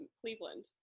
Cleveland